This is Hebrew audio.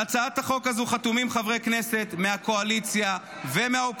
על הצעת החוק הזאת חתומים חברי כנסת מהקואליציה ומהאופוזיציה.